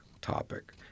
topic